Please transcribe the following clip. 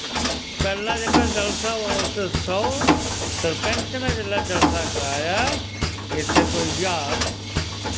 पैह्लैं जेह्का जलसा होआ हा उत्थें सौ सरपैंच नै जिसलै जलसा कराया इत्थें कोई हजार